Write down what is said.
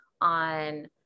on